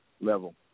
level